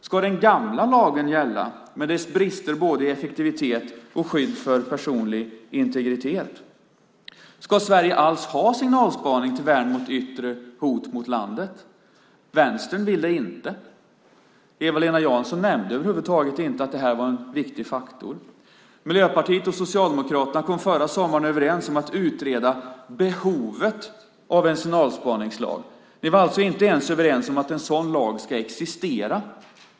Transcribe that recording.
Ska den gamla lagen gälla med dess brister både i effektivitet och i skydd för personlig integritet? Ska Sverige alls ha signalspaning till värn mot yttre hot mot landet? Vänstern vill det inte. Eva-Lena Jansson nämnde över huvud taget inte att detta är en viktig faktor. Miljöpartiet och Socialdemokraterna kom förra sommaren överens om att utreda behovet av en signalspaningslag. Ni var alltså inte ens överens om att en sådan lag ska existera.